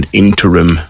interim